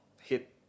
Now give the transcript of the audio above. hit